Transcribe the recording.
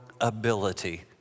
ability